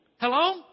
Hello